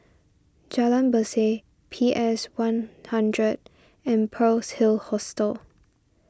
Jalan Berseh P S one hundred and Pearl's Hill Hostel